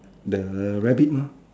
the rabbit mah